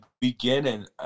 beginning